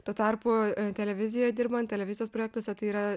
tuo tarpu televizijoj dirbant televizijos projektuose tai yra